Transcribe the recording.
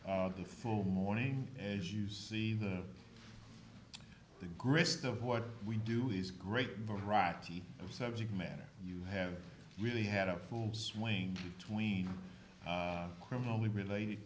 the full mourning as you see the the grist of what we do is great variety of subject matter you have really had a full swing between criminally related